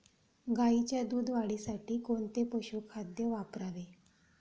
गाईच्या दूध वाढीसाठी कोणते पशुखाद्य वापरावे?